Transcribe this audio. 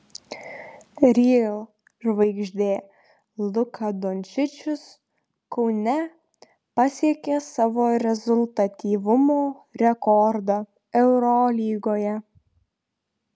real žvaigždė luka dončičius kaune pasiekė savo rezultatyvumo rekordą eurolygoje